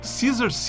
Caesar